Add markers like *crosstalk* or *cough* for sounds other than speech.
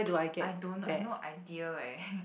I don't I no idea eh *breath*